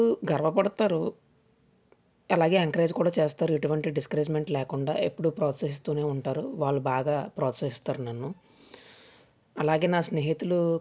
అలాగే స్నానం చేయించ్చేడప్పుడు దగ్గర నుంచి వారిని డైపర్స్ మార్చేంత వరకు వారిని జాగ్రత్తగా చూసుకోవాలి వారిని ఎటువంటి ఇబ్బందిని పెట్టకూడదు వాళ్లని వాళ్ళనీ